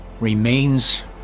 remains